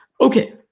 Okay